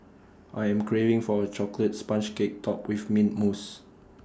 I am craving for A Chocolate Sponge Cake Topped with Mint Mousse